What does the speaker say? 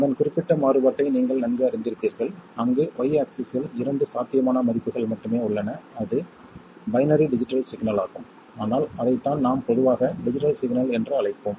அதன் குறிப்பிட்ட மாறுபாட்டை நீங்கள் நன்கு அறிந்திருப்பீர்கள் அங்கு y ஆக்ஸிஸ்ஸில் இரண்டு சாத்தியமான மதிப்புகள் மட்டுமே உள்ளன அது பைனரி டிஜிட்டல் சிக்னலாகும் ஆனால் அதைத்தான் நாம் பொதுவாக டிஜிட்டல் சிக்னல் என்று அழைப்போம்